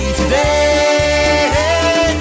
today